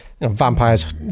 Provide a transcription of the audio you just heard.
vampires